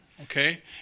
Okay